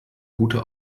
gute